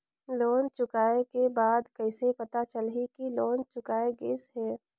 Loan चुकाय के बाद कइसे पता चलही कि लोन चुकाय गिस है?